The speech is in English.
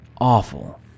awful